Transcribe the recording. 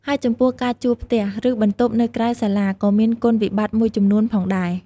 ហើយចំពោះ ការជួលផ្ទះ ឬបន្ទប់នៅក្រៅសាលាក៏មានគុណវិបត្តិមួយចំនួនផងដែរ។